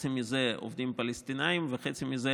חצי מזה עובדים פלסטינים וחצי מזה